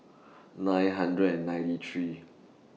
nine hundred and ninety three